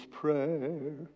prayer